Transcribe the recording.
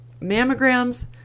mammograms